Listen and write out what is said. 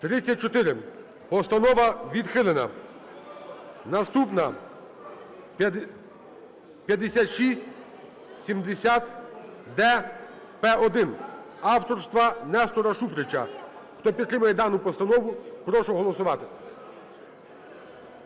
За-34 Постанова відхилена. Наступна – 5670-д-П1 авторства Нестора Шуфрича. Хто підтримує дану постанову, прошу голосувати.